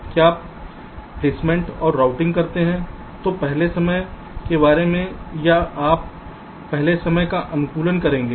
क्या आप प्लेसमेंट और राउटिंग करते हैं जो पहले समय के बारे में जानते हैं या आप पहले समय का अनुकूलन करेंगे